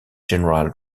general